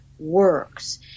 works